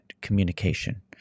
communication